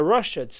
Russia